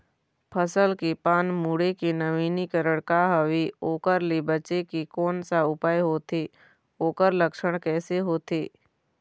फसल के पान मुड़े के नवीनीकरण का हवे ओकर ले बचे के कोन सा उपाय होथे ओकर लक्षण कैसे होथे?